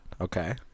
Okay